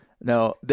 No